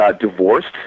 divorced